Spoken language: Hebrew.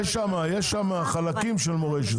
יש שם חלקים של מורשת.